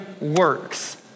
works